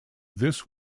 this